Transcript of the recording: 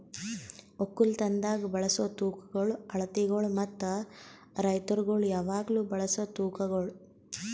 ಒಕ್ಕಲತನದಾಗ್ ಬಳಸ ತೂಕಗೊಳ್, ಅಳತಿಗೊಳ್ ಮತ್ತ ರೈತುರಗೊಳ್ ಯಾವಾಗ್ಲೂ ಬಳಸ ತೂಕಗೊಳ್